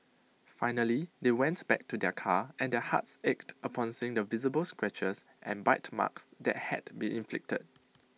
finally they went back to their car and their hearts ached upon seeing the visible scratches and bite marks that had been inflicted